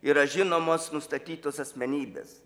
yra žinomos nustatytos asmenybės